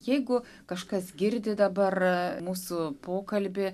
jeigu kažkas girdi dabar mūsų pokalbį